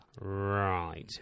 Right